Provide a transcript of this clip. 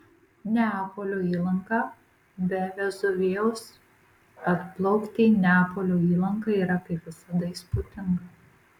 neapolio įlanka be vezuvijaus atplaukti į neapolio įlanką yra kaip visada įspūdinga